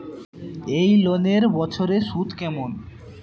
এই লোনের বছরে সুদ কেমন?